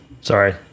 Sorry